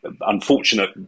unfortunate